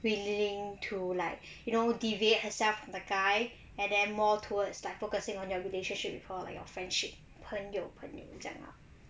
willing to like you know deviate herself from the guy and then more towards like focusing on your relationship before like your friendship 朋友朋友这样 lah